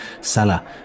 Salah